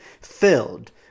filled